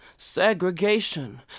segregation